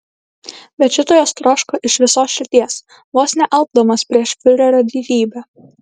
bet šito jos troško iš visos širdies vos nealpdamos prieš fiurerio didybę